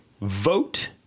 vote